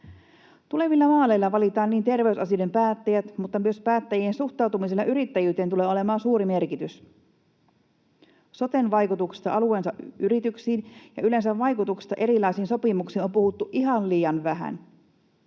Tulevilla vaaleilla valitaan terveysasioiden päättäjät, mutta myös päättäjien suhtautumisella yrittäjyyteen tulee olemaan suuri merkitys. Soten vaikutuksista alueensa yrityksiin ja yleensä erilaisiin sopimuksiin on puhuttu ihan liian vähän.